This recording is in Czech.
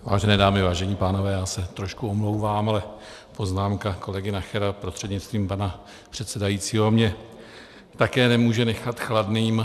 Vážené dámy, vážení pánové, já se trošku omlouvám, ale poznámka kolegy Nachera prostřednictvím pana předsedajícího mě také nemůže nechat chladným.